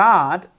God